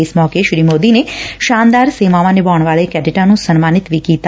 ਇਸ ਮੌਕੇ ਸ੍ਰੀ ਮੌਦੀ ਨੇ ਸ਼ਾਨਦਾਰ ਸੇਵਾਵਾਂ ਨਿਭਾਉਣ ਵਾਲੇ ਕੈਡਿਟਾਂ ਨੰ ਸਨਮਾਨਿਤ ਵੀ ਕੀਤਾ